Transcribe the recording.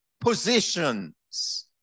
positions